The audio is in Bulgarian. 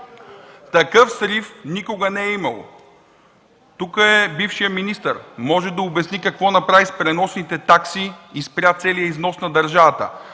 Такъв срив никога не е имало. Тук е бившият министър и може да обясни какво направи с преносните такси и спря целия износ на държавата.